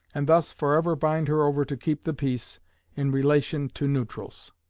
and thus forever bind her over to keep the peace in relation to neutrals,